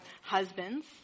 husbands